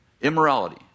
immorality